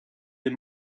des